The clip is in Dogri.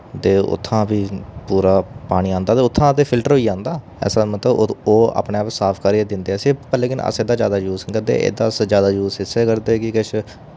ते उत्थां वी पूरा पानी आंदा ते उत्थां ते फिल्टर होइयै आंदा ऐसा मतलब ओ अपने आप साफ करिये दिंदे असें लेकिन असें ते जादा यूज निं करदे एह्दे अस जैदा यूज इसे करदे कि किश